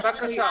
שלא